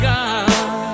God